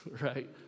right